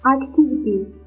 activities